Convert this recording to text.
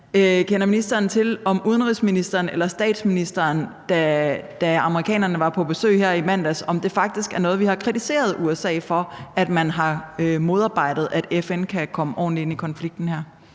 kender ministeren til, om udenrigsministeren eller statsministeren, da amerikanerne var på besøg her i mandags, faktisk kritiserede USA for det, altså at de har modarbejdet, at FN kan komme ordentligt ind i konflikten